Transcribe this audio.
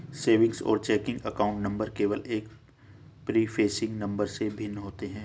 savings और checking account number केवल एक प्रीफेसिंग नंबर से भिन्न होते हैं